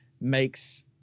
makes